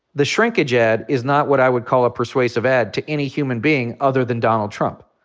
the shrinkage ad is not what i would call a persuasive ad to any human being other than donald trump.